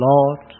Lord